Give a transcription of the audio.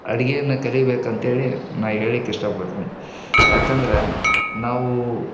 ಅಡುಗೆಯನ್ನ ಕಲಿಬೇಕು ಅಂತೇಳಿ ನಾ ಹೇಳ್ಲಿಕ್ಕೆ ಇಷ್ಟಪಡ್ತೇನೆ ಯಾಕಂದರೆ ನಾವು